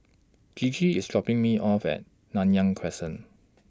Gigi IS dropping Me off At Nanyang Crescent